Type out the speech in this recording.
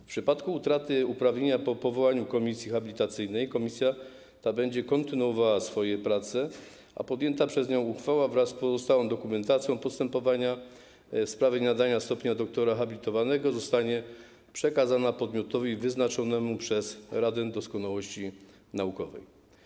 W przypadku utraty uprawnienia po powołaniu komisji habilitacyjnej komisja ta będzie kontynuowała swoje prace, a podjęta przez nią uchwała wraz z pozostałą dokumentacją postępowania w sprawie nadania stopnia doktora habilitowanego zostanie przekazana podmiotowi wyznaczonemu przez Radę Doskonałości Naukowej.